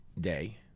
day